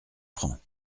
francs